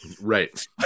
Right